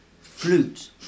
flute